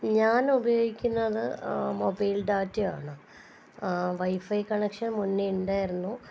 ഞാൻ ഉപയോഗിക്കുന്നത് മൊബൈൽ ഡാറ്റയാണ് വൈഫൈ കണക്ഷൻ മുന്നേ ഉണ്ടായിരുന്നു